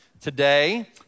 today